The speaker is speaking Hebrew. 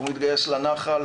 והוא יתגייס לנח"ל